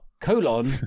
colon